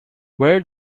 where